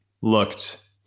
looked